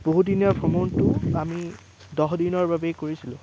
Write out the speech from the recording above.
বহুদিনীয়া ভ্ৰমণটো আমি দহ দিনৰ বাবে কৰিছিলোঁ